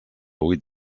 huit